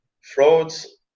frauds